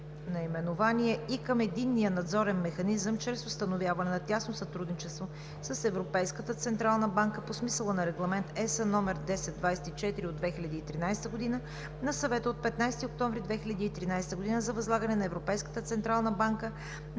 II) и към Единния надзорен механизъм чрез установяване на тясно сътрудничество с Европейската централна банка по смисъла на Регламент (ЕС) № 1024/2013 на Съвета от 15 октомври 2013 г. за възлагане на Европейската централна банка